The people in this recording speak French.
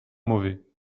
mauvais